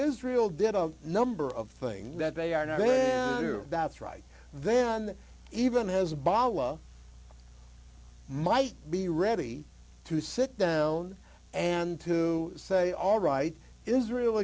israel did a number of things that they are not to that's right then even hezbollah might be ready to sit down and to say all right israel